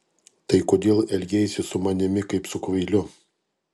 tai kodėl elgeisi su manimi kaip su kvailiu